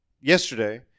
yesterday